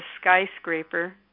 skyscraper